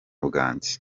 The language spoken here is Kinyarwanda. bwanjye